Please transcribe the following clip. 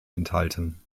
enthalten